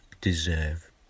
deserve